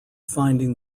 finding